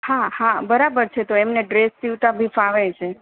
હા હા બરાબર છે તો એમણે ડ્રેસ સિવતા ભી ફાવે છે